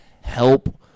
Help